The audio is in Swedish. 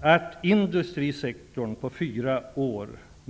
att industrisektorn kommer att minska med 220 000 arbetstillfällen på fyra år.